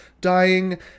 dying